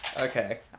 Okay